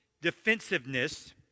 defensiveness